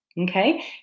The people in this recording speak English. okay